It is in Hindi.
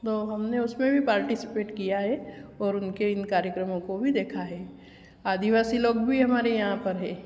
तो हमने उसमें भी पार्टिसिपेट किया है और उनके इन कार्यक्रमों को भी देखा है आदिवासी लोग भी हमारे यहाँ पर हैं